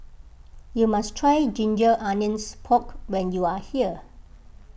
you must try Ginger Onions Pork when you are here